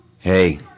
Hey